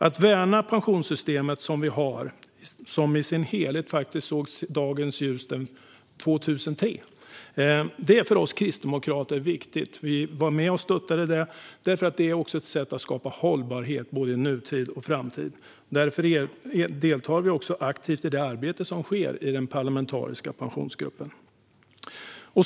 Att värna det pensionssystem vi har och som i sin helhet såg dagens ljus 2003 är för oss kristdemokrater viktigt. Vi var med och stöttade det eftersom det är ett sätt att skapa hållbarhet både i nutid och i framtid. Därför deltar vi också aktivt i det arbete som sker i den parlamentariska pensionsgruppen.